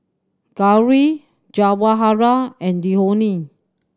Gauri Jawaharlal and Dhoni